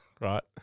right